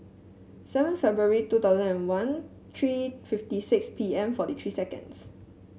seven February two thousand and one three fifty six P M forty three seconds